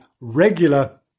regular